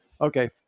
Okay